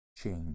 change